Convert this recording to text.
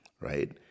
right